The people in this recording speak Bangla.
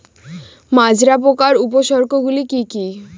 মাজরা পোকার উপসর্গগুলি কি কি?